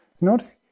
Notice